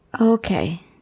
Okay